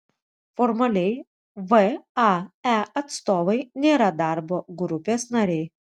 formaliai vae atstovai nėra darbo grupės nariai